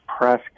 press